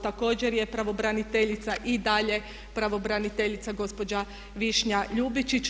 Također je pravobraniteljica i dalje pravobraniteljica gospođa Višnja Ljubičić.